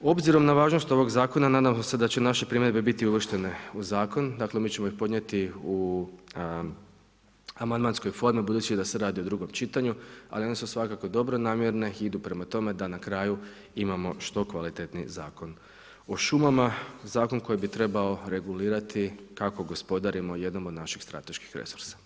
Obzirom na važnost ovog zakona nadamo se da će naše primjedbe biti uvrštene u zakon, dakle mi ćemo ih podnijeti u amandmanskoj formi budući da se radi o drugom čitanju, ali one su svakako dobronamjerne i idu prema tome da na kraju imamo što kvalitetniji Zakon o šumama, zakon koji bi trebao regulirati kako gospodarimo jednom od naših strateških resorsa.